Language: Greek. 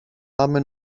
πάμε